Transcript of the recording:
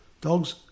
Dogs